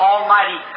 Almighty